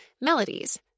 melodies